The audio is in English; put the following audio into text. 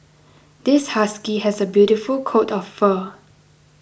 this husky has a beautiful coat of fur